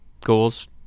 goals